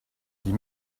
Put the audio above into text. des